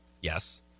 Yes